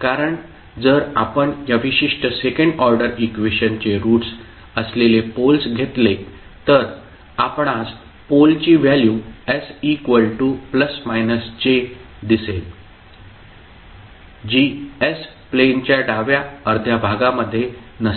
कारण जर आपण या विशिष्ट सेकंड ऑर्डर इक्वेशनचे रूट्स असलेले पोलस् घेतले तर आपणास पोलची व्हॅल्यू s ±j दिसेल जी s प्लेनच्या डाव्या अर्ध्या भागामध्ये नसतील